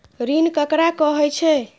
ऋण ककरा कहे छै?